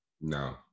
No